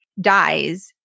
dies